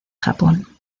japón